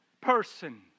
person